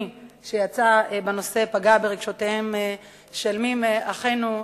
שיצא בנושא פגע ברגשותיהם של מי מאחינו,